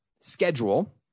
schedule